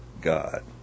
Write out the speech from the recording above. God